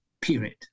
period